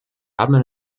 haben